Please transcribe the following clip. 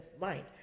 mind